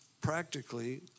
practically